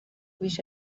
wish